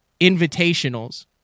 invitationals